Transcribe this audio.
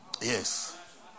Yes